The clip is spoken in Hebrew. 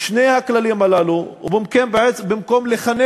שני הכללים הללו, ובמקום לחנך